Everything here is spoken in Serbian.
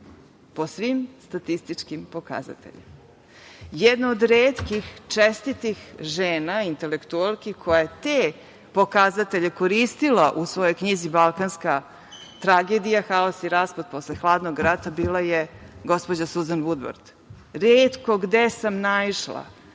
Po svim statističkim pokazateljima. Jedna od retkih čestitih žena, intelektualki koja je te pokazatelje koristila u svojoj knjizi „Balkanska tragedija“, haos i raspad posle hladnog rata bila je gospođa Suzan Vudvard. Retko gde sam naišla